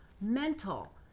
mental